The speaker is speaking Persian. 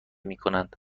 میکنند